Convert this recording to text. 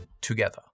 together